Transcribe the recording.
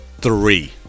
Three